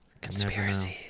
Conspiracies